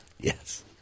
Yes